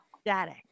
static